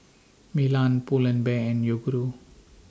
Milan Pull and Bear and Yoguru